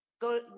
go